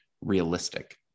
realistic